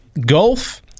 golf